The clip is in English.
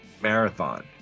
marathon